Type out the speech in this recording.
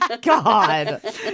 God